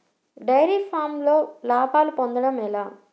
Dairy ఫామ్లో లాభాలు పొందడం ఎలా?